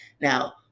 Now